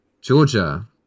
georgia